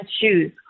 shoes